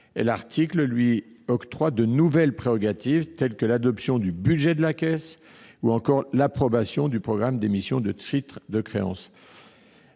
L'article lui octroie de nouvelles prérogatives telles que l'adoption du budget de la Caisse ou l'approbation du programme d'émission de titres de créances.